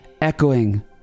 echoing